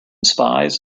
spies